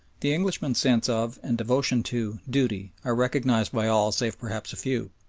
the englishman's sense of, and devotion to, duty are recognised by all save perhaps a few,